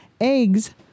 Eggs